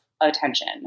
attention